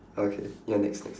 okay ya next next